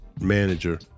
manager